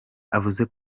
avuze